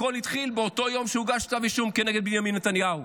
הכול התחיל באותו יום שהוגש כתב אישום כנגד בנימין נתניהו.